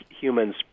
humans